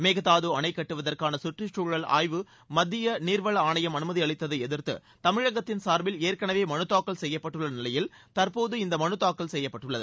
மேகதாது அணைக் கட்டுவதற்கான சுற்றுக்சூழல் ஆய்வுக்கு மத்திய எநீர்வள ஆணையம் அனுமதி அளித்ததை எதிர்த்து தமிழகத்தின் சார்பில் ஏற்கனவே மனு தாக்கல் செய்யப்பட்டுள்ள நிலையில் தற்போது இந்த மனு தாக்கல் செய்யப்பட்டுள்ளது